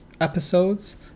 episodes